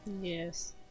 Yes